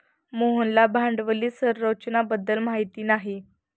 मोहनला भांडवली संरचना बद्दल माहिती नाही